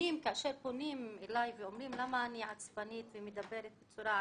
כאשר פונים אלי ואומרים למה אני עצבנית ומדברת בצורה עצבנית,